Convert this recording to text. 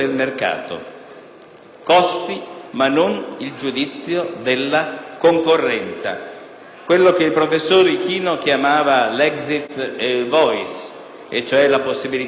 costi, ma non il giudizio della concorrenza. Quello che il professor Ichino chiamava *exit* e *voice*, cioè la possibilità di scegliere